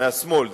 מהשמאל,